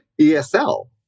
ESL